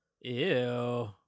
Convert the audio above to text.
Ew